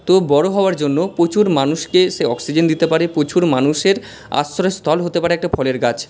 তো বড়ো হওয়ার জন্য প্রচুর মানুষকে সে অক্সিজেন দিতে পারে প্রচুর মানুষের আশ্রয়স্তল হতে পারে একটা ফলের গাছ